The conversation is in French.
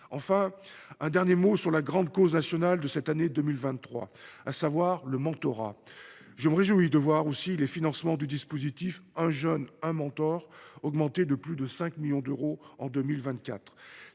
mon intervention sur la grande cause nationale de cette année 2023, à savoir le mentorat. Je me réjouis de voir les financements du dispositif « 1 jeune, 1 mentor » augmenter de plus de 5 millions d’euros en 2024.